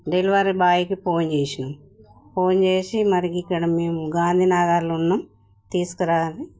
delivery బాయ్కి phone చేశాము phone చేసి మరి ఇక్కడ మేము గాంధీ నగర్లో ఉన్నాము తీసుకురా అని